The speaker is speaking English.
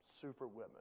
superwomen